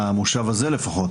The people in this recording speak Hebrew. במושב הזה לפחות